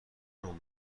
نوع